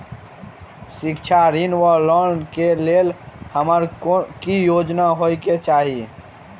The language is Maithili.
शिक्षा ऋण वा लोन केँ लेल हम्मर की योग्यता हेबाक चाहि?